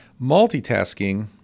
Multitasking